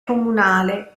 comunale